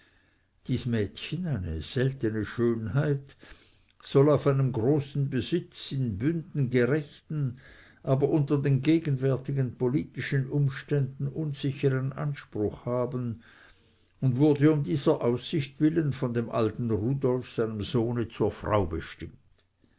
dies mädchen eine seltene schönheit soll auf einen großen besitz in bünden gerechten aber unter den gegenwärtigen politischen umständen unsichern anspruch haben und wurde um dieser aussicht willen von dem alten rudolf seinem sohne zur frau bestimmt